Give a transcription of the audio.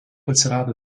atsirado